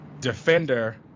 defender